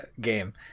game